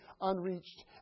unreached